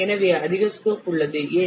எனவே அதிக ஸ்கோப் உள்ளது ஏன்